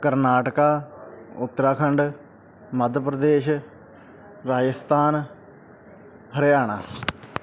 Karnataka Uttarakhand Madhya Pradesh Rajasthan Haryana